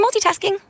multitasking